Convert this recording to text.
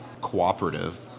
cooperative